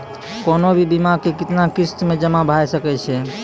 कोनो भी बीमा के कितना किस्त मे जमा भाय सके छै?